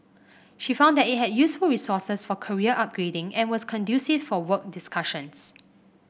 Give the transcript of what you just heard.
she found that it had useful resources for career upgrading and was conducive for work discussions